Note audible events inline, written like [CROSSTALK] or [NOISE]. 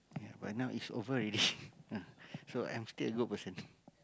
ya but now it's over already [BREATH] so I'm still a good person